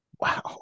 Wow